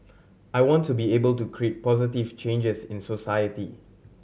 I want to be able to create positive changes in society